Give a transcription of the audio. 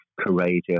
courageous